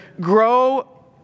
Grow